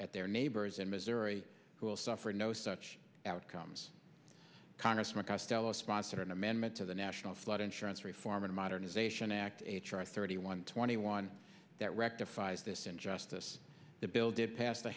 at their neighbors in missouri who will suffer no such outcomes congressman costello sponsored an amendment to the national flood insurance reform and modernization act h r thirty one twenty one that rectifies this injustice the bill did pass the